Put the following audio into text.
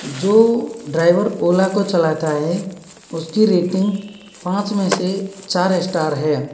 जो ड्राइवर ओला को चलाता है उसकी रेटिंग पाँच में से चार स्टार है